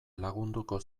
lagunduko